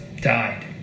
died